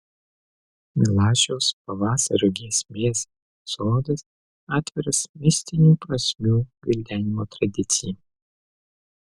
milašiaus pavasario giesmės sodas atviras mistinių prasmių gvildenimo tradicijai